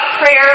prayer